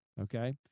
Okay